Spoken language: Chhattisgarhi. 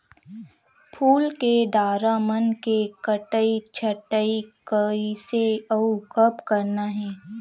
फूल के डारा मन के कटई छटई कइसे अउ कब करना हे?